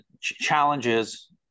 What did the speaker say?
challenges